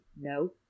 no